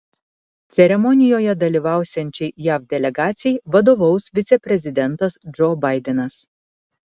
ceremonijoje dalyvausiančiai jav delegacijai vadovaus viceprezidentas džo baidenas